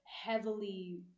heavily